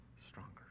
stronger